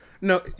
no